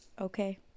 Okay